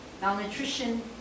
malnutrition